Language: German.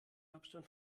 hauptstadt